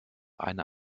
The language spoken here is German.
eine